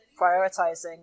prioritizing